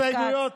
אין הסתייגויות,